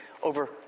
over